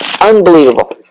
Unbelievable